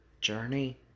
journey